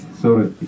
sorry